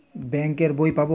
Bank এর বই পাবো?